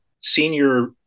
senior